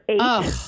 eight